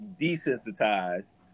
desensitized